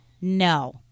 no